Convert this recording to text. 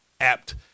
apt